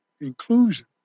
inclusion